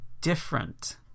different